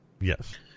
Yes